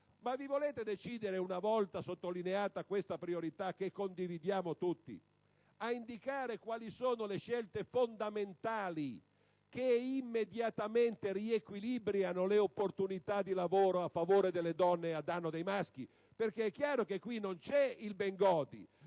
Ma vi volete decidere, una volta sottolineata questa priorità, che condividiamo tutti, ad indicare quali sono le scelte fondamentali che immediatamente riequilibrano le opportunità di lavoro a favore delle donne e a danno dei maschi? È chiaro che qui non c'è il Bengodi: